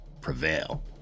prevail